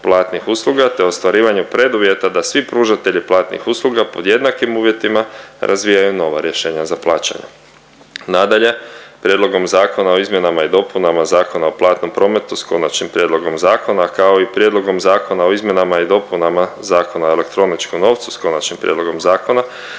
te ostvarivanju preduvjeta da svi pružatelji platnih usluga pod jednakim uvjetima razvijaju nova rješenja za plaćanje. Nadalje, Prijedlogom Zakona o izmjenama i dopunama Zakona o platnom prometu s konačnim prijedlogom zakona kao i Prijedlogom Zakona o izmjenama i dopunama Zakona o elektroničkom novcu s konačnim prijedlogom zakona